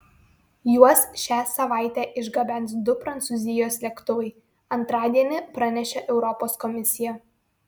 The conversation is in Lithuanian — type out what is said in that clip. juos šią savaitę išgabens du prancūzijos lėktuvai antradienį pranešė europos komisija